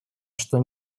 что